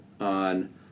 on